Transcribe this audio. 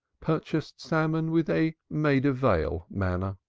purchased salmon with a maida vale manner.